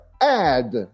add